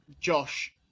Josh